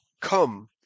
come